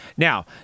Now